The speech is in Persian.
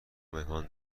مهمان